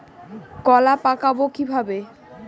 কলা পাকাবো কিভাবে?